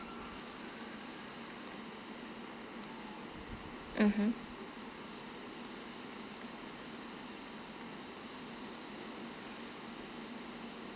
mmhmm